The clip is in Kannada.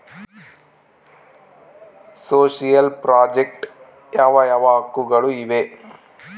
ಸೋಶಿಯಲ್ ಪ್ರಾಜೆಕ್ಟ್ ಯಾವ ಯಾವ ಹಕ್ಕುಗಳು ಇವೆ?